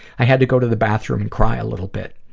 i had to go to the bathroom and cry a little bit,